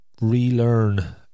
relearn